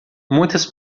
muitas